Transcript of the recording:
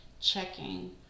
checking